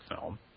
film